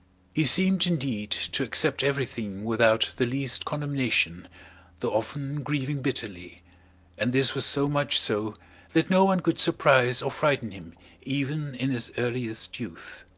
he seemed, indeed, to accept everything without the least condemnation though often grieving bitterly and this was so much so that no one could surprise or frighten him even in his earliest youth.